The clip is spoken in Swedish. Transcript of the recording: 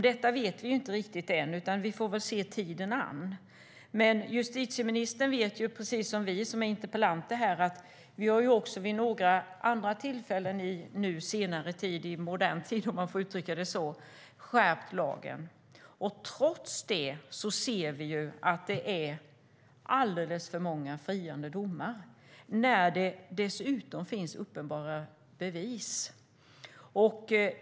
Det vet vi inte riktigt än, men vi får se tiden an. Men justitieministern vet, precis som vi som är interpellanter, att vi vid några tillfällen på senare tid - i modern tid, om man får uttrycka det så - har skärpt lagen. Trots detta ser vi att det är alldeles för många friande domar när det finns uppenbara bevis.